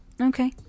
okay